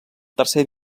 tercer